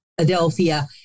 Adelphia